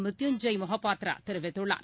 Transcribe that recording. மிருத்யுஞ்சை மொஹபத்ரா தெரிவித்துள்ளார்